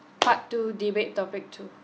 part two debate topic two